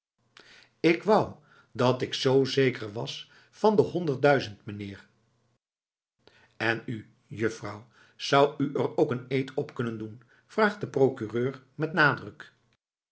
k wou dat ik zoo zeker was van de honderdduizend meneer en u juffrouw zou u er ook een eed op kunnen doen vraagt de procureur met nadruk